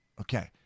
Okay